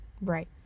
Right